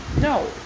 no